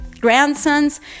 grandsons